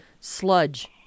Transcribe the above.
sludge